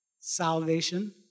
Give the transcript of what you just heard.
salvation